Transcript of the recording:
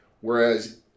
whereas